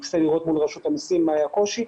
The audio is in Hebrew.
ננסה לברר מול רשות המיסים מה היה הקושי.